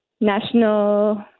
national